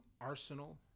Arsenal